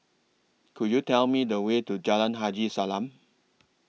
Could YOU Tell Me The Way to Jalan Haji Salam